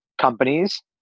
companies